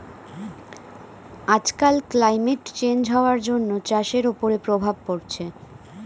আজকাল climate change হওয়ার জন্য চাষের ওপরে প্রভাব পড়ছে